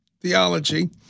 theology